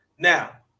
Now